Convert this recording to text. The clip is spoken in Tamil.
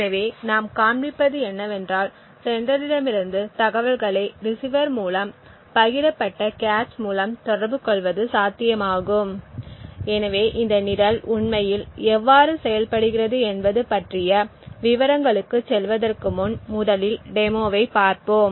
எனவே நாம் காண்பிப்பது என்னவென்றால் செண்டரிடமிருந்து தகவல்களை ரிசீவர் மூலம் பகிரப்பட்ட கேச் மூலம் தொடர்புகொள்வது சாத்தியமாகும் எனவே இந்த நிரல் உண்மையில் எவ்வாறு செயல்படுகிறது என்பது பற்றிய விவரங்களுக்குச் செல்வதற்கு முன் முதலில் டெமோவை பார்ப்போம்